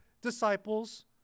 disciples